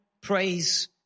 praise